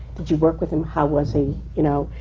did you work with him? how was he? you know,